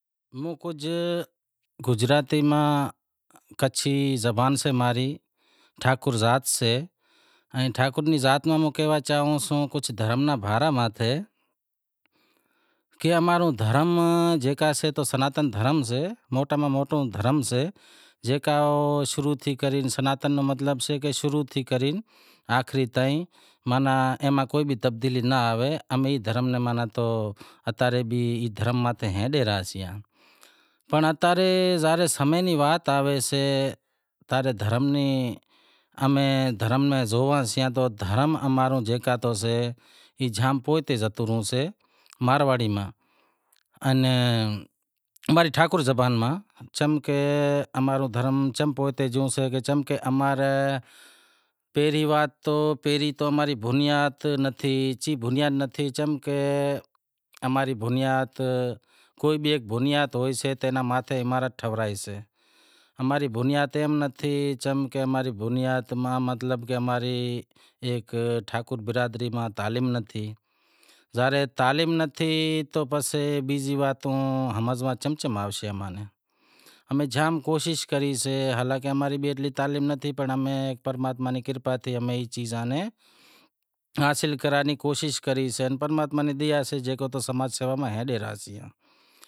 گجراتی زبان سے ماں ری کچھی زبان سئے، ٹھاکر ذات سے، ٹھاکر ری ذات ماں موں کہوا چاہوں دھرم رے بارا ماتھی کہ امارو دھرم جیکو سئے سناتن دھرم سے، موٹاں ماں موٹو دھرم سئے، جیکا شروع تھی کری، سناتےن را مطلب شروع تھی کری آخری تائیں ای ماں کو تبدیلی ناں آوے، ای دھرم ہیلے رہائشے پر سمے ری وات آوے تا رے دھرم میں زوئا سیئاں تو دھرم امارو جیکو بھی سئے زام پوئتے زاتو رہتو شئے۔ اماری ٹھاکر زبان ما چمکہ امارو دھرم چم پوئتے گیو شئے چم امارے، پہریں وات ای کہ اماری بنیاد نتھی، بنیاد چم کہ کوئی بھی ہیک بنیاد ہوئسے تو ماتھے امارت ٹھورائیسے، اماری بنیاد چم نتھی کی اماری بناد ماۃ مطلب ہیک ٹھاکر برادری ماہ تعلیم نتھی، تعلیم نتھی تو بیزی واتوں ہمز میں چم آوشیں امارے۔ امیں زام کوشش کری سئے، چمکہ اماری اتلی تعلیم نتھی پر بھگوان ری کرپا سی، اما کن ای چیزاں ری حاصل کرنڑ ری کوشش کری سئے پر جیو حال سئے ہالے رہئا سئیں۔